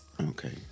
Okay